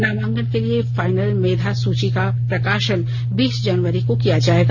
नामांकन के लिए फाइनल मेधा सूची का प्रकाशन बीस जनवरी को किया जाएगा